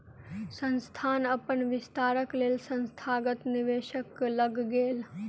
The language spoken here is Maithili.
संस्थान अपन विस्तारक लेल संस्थागत निवेशक लग गेल